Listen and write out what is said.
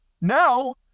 Now